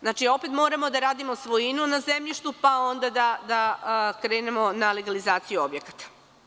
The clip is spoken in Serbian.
Znači, opet moramo da radimo svojinu na zemljištu, pa onda da krenemo na legalizaciju objekata.